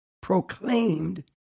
proclaimed